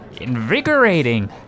invigorating